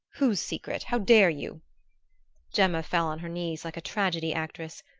whose secret? how dare you gemma fell on her knees like a tragedy actress.